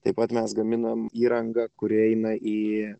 taip pat mes gaminame įrangą kuri eina į